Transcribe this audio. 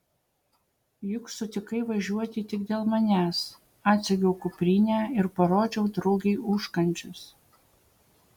juk sutikai važiuoti tik dėl manęs atsegiau kuprinę ir parodžiau draugei užkandžius